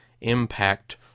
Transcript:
impact